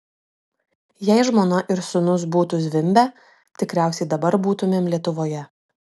jei žmona ir sūnus būtų zvimbę tikriausiai dabar būtumėm lietuvoje